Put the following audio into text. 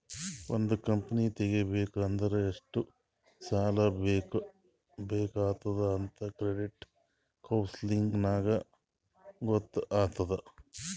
ಒಂದ್ ಕಂಪನಿ ತೆಗಿಬೇಕ್ ಅಂದುರ್ ಎಷ್ಟ್ ಸಾಲಾ ಬೇಕ್ ಆತ್ತುದ್ ಅಂತ್ ಕ್ರೆಡಿಟ್ ಕೌನ್ಸಲಿಂಗ್ ನಾಗ್ ಗೊತ್ತ್ ಆತ್ತುದ್